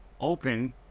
open